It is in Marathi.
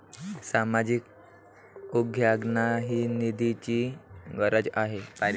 सामाजिक उद्योगांनाही निधीची गरज आहे